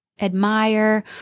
admire